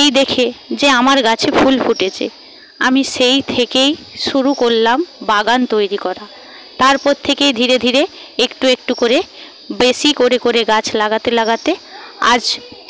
এই দেখে যে আমার গাছে ফুল ফুটেছে আমি সেই থেকেই শুরু করলাম বাগান তৈরি করা তারপর থেকে ধীরে ধীরে একটু একটু করে বেশী করে করে গাছ লাগাতে লাগাতে আজ